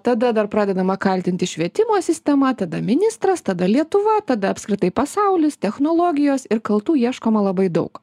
tada dar pradedama kaltinti švietimo sistema tada ministras tada lietuva tada apskritai pasaulis technologijos ir kaltų ieškoma labai daug